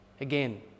again